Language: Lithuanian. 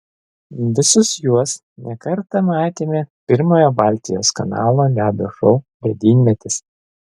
visus juos ne kartą matėme pirmojo baltijos kanalo ledo šou ledynmetis